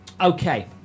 Okay